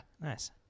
Nice